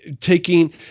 taking